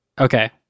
Okay